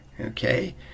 okay